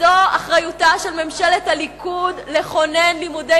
זו אחריותה של ממשלת הליכוד לכונן לימודי